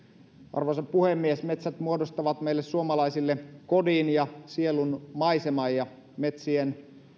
arvoisa puhemies metsät muodostavat meille suomalaisille kodin ja sielunmaiseman ja metsien